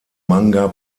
manga